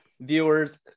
viewers